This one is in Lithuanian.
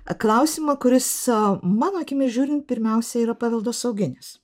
klausimą kuris mano akimis žiūrint pirmiausia yra paveldosauginis